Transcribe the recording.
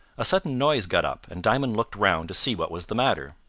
a sudden noise got up, and diamond looked round to see what was the matter.